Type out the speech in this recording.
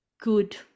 good